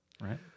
right